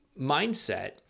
mindset